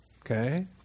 Okay